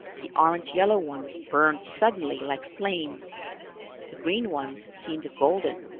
the orange-yellow ones burned suddenly like flame the green ones seemed golden,